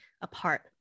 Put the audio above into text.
apart